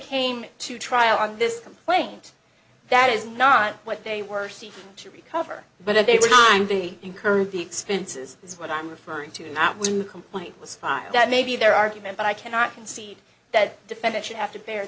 came to trial on this complaint that is not what they were seeking to recover but that they were time they incurred the expenses is what i'm referring to not when the complaint was filed that maybe their argument but i cannot concede that defendant should have to